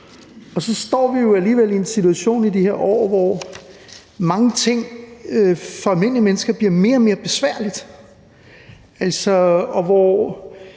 Så står vi alligevel i en situation i de her år, hvor mange ting for almindelige mennesker bliver mere og mere besværlige. I det